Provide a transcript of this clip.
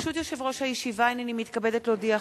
ברשות יושב-ראש הישיבה, הנני מתכבדת להודיעכם,